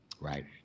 Right